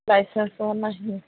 licence ତମର ନାହିଁ